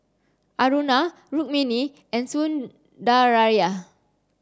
Aruna Rukmini and Sundaraiah